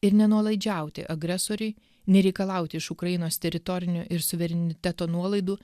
ir ne nuolaidžiauti agresoriui nereikalauti iš ukrainos teritorinių ir suvereniteto nuolaidų